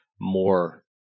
more